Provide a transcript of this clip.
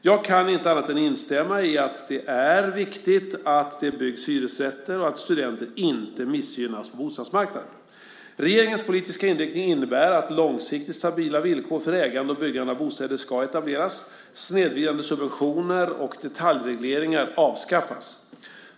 Jag kan inte annat än att instämma i att det är viktigt att det byggs hyresrätter och att studenter inte missgynnas på bostadsmarknaden. Regeringens politiska inriktning innebär att långsiktigt stabila villkor för ägande och byggande av bostäder ska etableras. Snedvridande subventioner och detaljregleringar avskaffas.